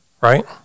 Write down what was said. right